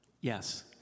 Yes